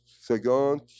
second